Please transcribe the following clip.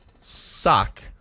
Suck